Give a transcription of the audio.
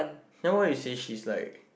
then why you say she is like